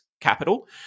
Capital